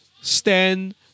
stand